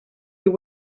you